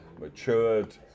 matured